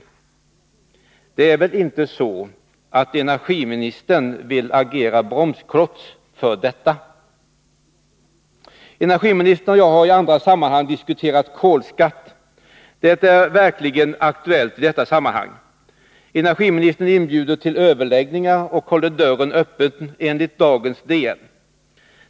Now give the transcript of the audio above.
Det är väl inte så att energiministern vill agera bromsklots för detta. Energiministern och jag har i andra sammanhang diskuterat kolskatt. Den är verkligen aktuell i detta sammanhang. Energiministern inbjuder till överläggningar och håller dörren öppen enligt dagens DN.